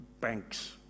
banks